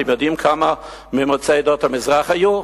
אתם יודעים כמה מיוצאי עדות המזרח היו?